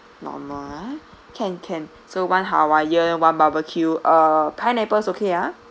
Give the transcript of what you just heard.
normal ah can can so one hawaiian [one] barbecue uh pineapples okay ah